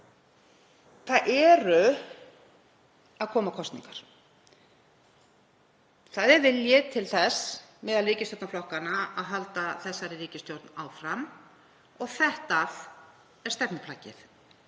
Það eru að koma kosningar. Það er vilji til þess meðal ríkisstjórnarflokkanna að halda þessari ríkisstjórn áfram og þetta er stefnuplaggið.